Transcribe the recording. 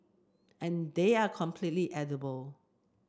and they are completely edible